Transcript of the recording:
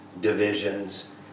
divisions